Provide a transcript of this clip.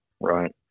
right